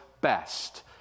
best